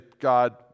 God